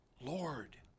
Lord